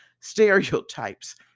stereotypes